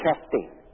testing